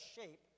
shape